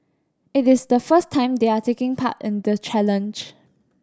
it is the first time they are taking part in the challenge